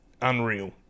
unreal